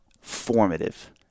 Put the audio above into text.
formative